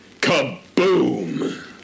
kaboom